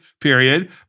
period